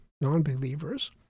non-believers